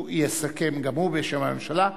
יסכם גם הוא בשם הממשלה.